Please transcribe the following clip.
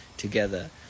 together